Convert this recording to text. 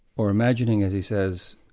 or imagining, as he says,